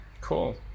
Cool